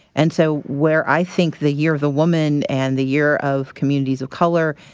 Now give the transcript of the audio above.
and so where i think the year of the woman and the year of communities of color,